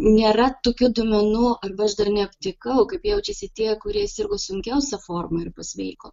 nėra tokių duomenų arba aš dar neaptikau kaip jaučiasi tie kurie sirgo sunkiausia forma ir pasveiko